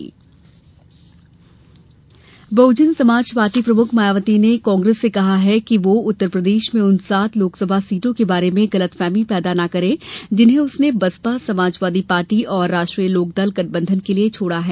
SP Congress Bahujan Samaj party प्रमुख मायावती ने कांग्रेस से कहा है कि वह उत्तबर प्रदेश में उन सात लोकसभा सीटों के बारे में गलतफहमी पैदा न करे जिन्हें उसने बसपा समाजवादी पार्टी और राष्ट्रीय लोकदल गठबंधन के लिए छोड़ा है